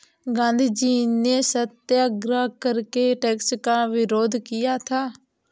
गांधीजी ने सत्याग्रह करके टैक्स का विरोध किया था